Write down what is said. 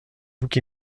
bouc